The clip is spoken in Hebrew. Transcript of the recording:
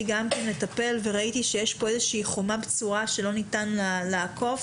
לטפל וראיתי שיש פה חומה בצורה שלא ניתן לעקוף